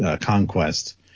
conquest